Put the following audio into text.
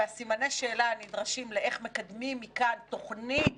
וסימני השאלה הנדרשים איך מקדמים מכאן תוכנית